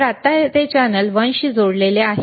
तर आत्ता ते चॅनेल वनशी जोडलेले आहे बरोबर